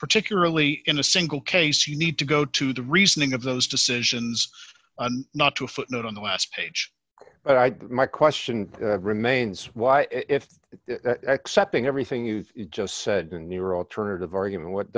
particularly in a single case you need to go to the reasoning of those decisions and not to a footnote on the last page but my question remains why if excepting everything you've just said in your alternative argument what